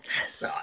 yes